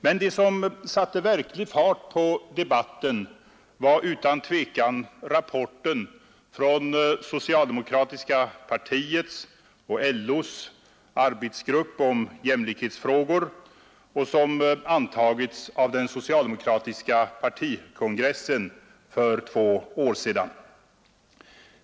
Men det som satte verklig fart på debatten var rapporten från socialdemokratiska partiet och LO:s arbetsgrupp om jämlikhetsfrågor som antogs av den socialdemokratiska partikongressen för två år sedan.